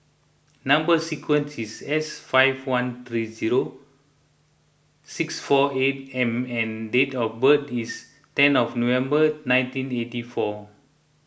Number Sequence is S five one three zero six four eight M and date of birth is ten of November nineteen eighty four